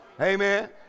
Amen